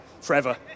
forever